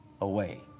away